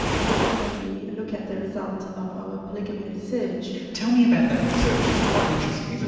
especially when we look at the results of our polygamy research. tell me about that research. it's quite interesting, isn't